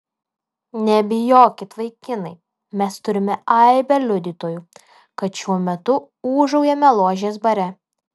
nebijokit vaikinai mes turime aibę liudytojų kad šiuo metu ūžaujame ložės bare